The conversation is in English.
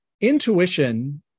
intuition